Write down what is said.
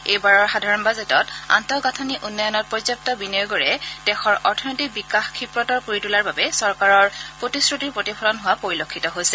এইবাৰৰ সাধাৰণ বাজেটত আন্তঃগাঁথনি উন্নয়নত পৰ্যাপ্ত বিনিয়োগেৰে দেশৰ অৰ্থনৈতিক বিকাশ ক্ষীপ্ৰতৰ কৰি তোলাৰ বাবে চৰকাৰৰ প্ৰতিশ্ৰুতিৰ প্ৰতিফলন হোৱা পৰিলক্ষিত হৈছে